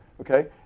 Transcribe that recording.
okay